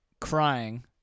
crying